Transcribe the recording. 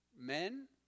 men